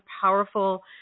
powerful